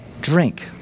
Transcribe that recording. drink